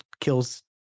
kills